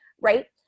Right